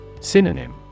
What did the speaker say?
Synonym